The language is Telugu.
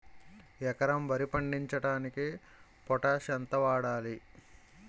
ఎకరం వరి పండించటానికి పొటాష్ ఎంత వాడాలి?